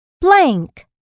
Blank